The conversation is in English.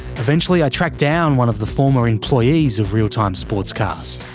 eventually i track down one of the former employees of real time sportscast.